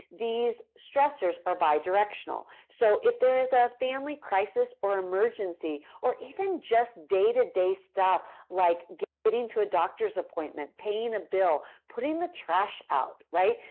these stressors are bidirectional so if there is a family crisis or emergency or even just day to day stuff like getting to a doctor's appointment, paying a bill, putting the trash out, right?